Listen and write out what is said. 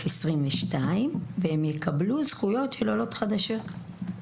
א22, והן יקבלו זכויות של עולות חדשות.